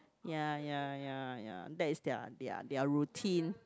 ya ya ya ya that is their their their routine